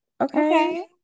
okay